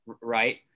right